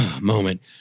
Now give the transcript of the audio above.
moment